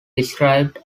described